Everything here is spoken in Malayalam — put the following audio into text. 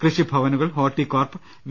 കൃഷിഭവനു കൾ ഹോർട്ടികോർപ് വി